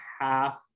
half